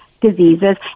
diseases